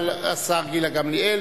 אני מזמין את סגנית השר גילה גמליאל